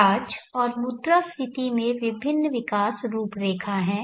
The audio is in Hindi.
ब्याज और मुद्रास्फीति में विभिन्न विकास रूपरेखा हैं